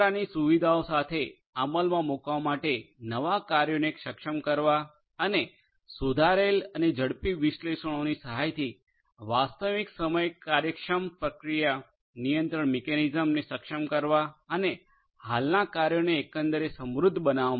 વધારાની સુવિધાઓ સાથે અમલમાં મૂકવા માટે નવા કાર્યોને સક્ષમ કરવા અને સુધારેલ અને ઝડપી વિશ્લેષણોની સહાયથી વાસ્તવિક સમય કાર્યક્ષમ પ્રક્રિયા નિયંત્રણ મિકેનિઝમ્સને સક્ષમ કરવા અને હાલના કાર્યોને એકંદર સમૃદ્ધ બનાવવા